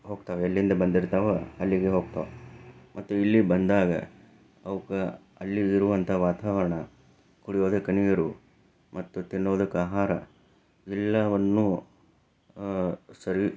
ಹೋಗ್ತಾವೆ ಎಲ್ಲಿಂದ ಬಂದಿರ್ತಾವೋ ಅಲ್ಲಿಗೆ ಹೋಗ್ತಾವೆ ಮತ್ತೆ ಇಲ್ಲಿ ಬಂದಾಗ ಅವುಕ ಅಲ್ಲಿರುವಂತಹ ವಾತಾವರಣ ಕುಡಿಯೋದಕ್ಕೆ ನೀರು ಮತ್ತು ತಿನ್ನೋದಕ್ಕೆ ಆಹಾರ ಎಲ್ಲವನ್ನೂ ಸರಿ